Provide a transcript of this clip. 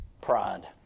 Pride